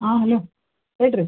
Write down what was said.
ಹಾಂ ಹಲೋ ಹೇಳಿರಿ